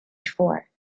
before